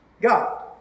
God